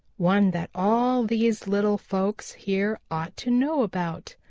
one that all these little folks here ought to know about.